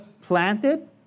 planted